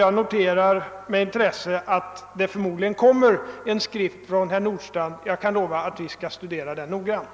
Jag noterar med intresse att det förmodligen kommer en skrift från herr Nordstrandh. Jag lovar att vi skall studera den noggrant.